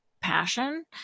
passion